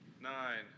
Nine